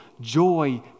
joy